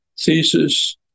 thesis